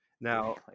now